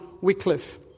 Wycliffe